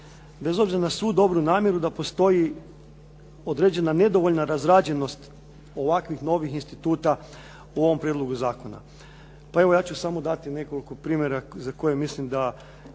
bez obzira na svu dobru namjeru da postoji određena nedovoljna razrađenost ovakvih novih instituta u ovom prijedlogu zakona. Pa evo ja ću samo dati nekoliko primjera za koje mislim da